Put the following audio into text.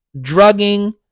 drugging